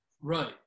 Right